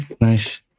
nice